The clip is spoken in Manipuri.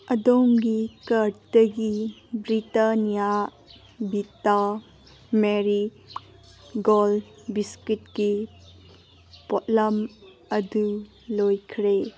ꯑꯗꯣꯝꯒꯤ ꯀꯥꯔꯠꯇꯒꯤ ꯕ꯭ꯔꯤꯇꯥꯅꯤꯌꯥ ꯕꯤꯇꯥ ꯃꯦꯔꯤ ꯒꯣꯜ ꯕꯤꯁꯀ꯭ꯋꯤꯠꯀꯤ ꯄꯣꯠꯂꯝ ꯑꯗꯨ ꯂꯣꯏꯈ꯭ꯔꯦ